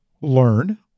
learn